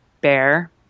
bear